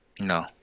no